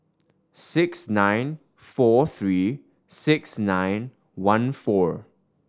six nine four three six nine one four